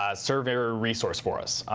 ah surveyer resource for us.